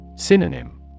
Synonym